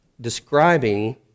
describing